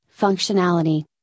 functionality